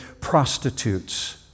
prostitutes